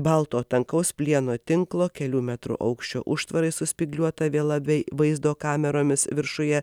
balto tankaus plieno tinklo kelių metrų aukščio užtvarai su spygliuota viela bei vaizdo kameromis viršuje